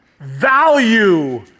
value